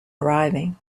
arriving